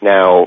Now